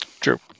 True